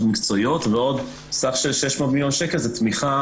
מקצועיות ועוד סך של 600 מיליון שקל זה תמיכה,